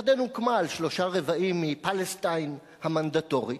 ירדן הוקמה על שלושה-רבעים מפלסטין המנדטורית,